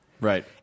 Right